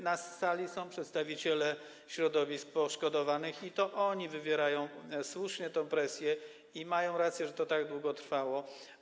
Na sali są przedstawiciele środowisk poszkodowanych i to oni wywierają, słusznie, tę presję, i mają rację, mówiąc, że to tak długo trwało.